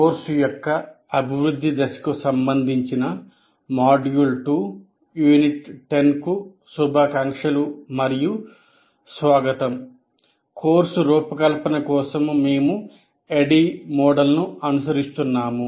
course యొక్క అభివృద్ధి దశకు సంబంధించిన మాడ్యూల్ 2 యూనిట్ 10 కు శుభాకాంక్ష లు మరియు స్వాగతం కోర్సు రూపకల్పన కోసం మేము ADDIE మోడల్ను అనుసరిస్తున్నాము